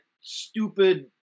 stupid